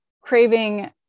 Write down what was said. craving